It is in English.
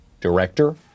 Director